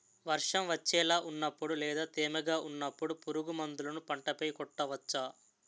వర్షం వచ్చేలా వున్నపుడు లేదా తేమగా వున్నపుడు పురుగు మందులను పంట పై కొట్టవచ్చ?